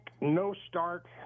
no-start